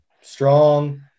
strong